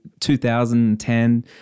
2010